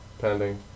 Pending